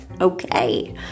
okay